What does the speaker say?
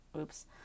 Oops